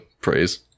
praise